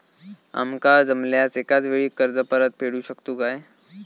आमका जमल्यास एकाच वेळी कर्ज परत फेडू शकतू काय?